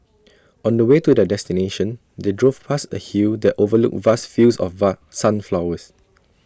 on the way to their destination they drove past A hill that overlooked vast fields of sunflowers